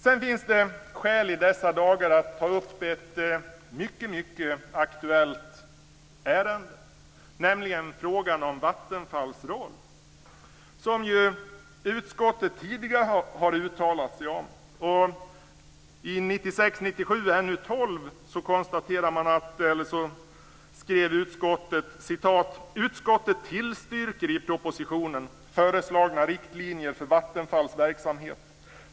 Det finns skäl i dessa dagar att ta upp ett mycket aktuellt ärende, nämligen frågan om Vattenfalls roll, som utskottet tidigare har uttalat sig om. I betänkande 1996/97:NU12 skrev utskottet så här: "Utskottet tillstyrker i propositionen föreslagna riktlinjer för Vattenfalls verksamhet.